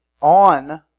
on